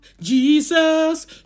Jesus